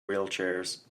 wheelchairs